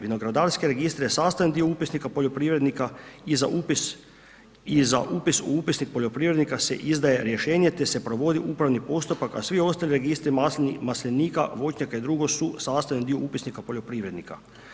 Vinogradarski registar je sastavi dio upisnika poljoprivrednika i za upis u upisnik poljoprivrednika se izdaje rješenje te se provodi upravi postupak a svi ostali registri maslenika, voćnjaka i drugo su sastavni dio upisnika poljoprivrednika.